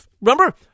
Remember